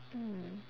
mm